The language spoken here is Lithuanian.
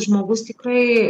žmogus tikrai